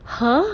!huh!